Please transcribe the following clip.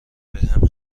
بهم